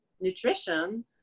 nutrition